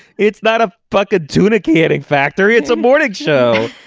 it's not a bucket duplicating factory it's a morning show i